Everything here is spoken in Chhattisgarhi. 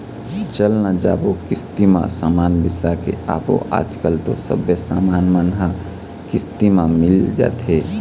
चल न जाबो किस्ती म समान बिसा के आबो आजकल तो सबे समान मन ह किस्ती म मिल जाथे